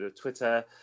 Twitter